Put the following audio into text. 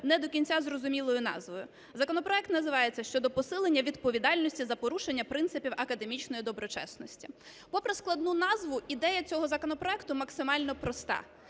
не до кінця зрозумілою назвою. Законопроект називається "щодо посилення відповідальності за порушення принципів академічної доброчесності". Пори складну назву, ідея цього законопроекту максимально проста.